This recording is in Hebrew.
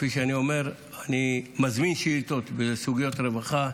כפי שאני אומר, אני מזמין שאילתות בסוגיות רווחה.